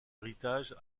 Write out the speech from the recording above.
héritage